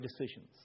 decisions